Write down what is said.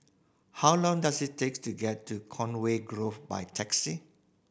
how long does it takes to get to Conway Grove by taxi